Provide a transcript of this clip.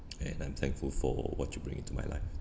and I'm thankful for what you bring into my life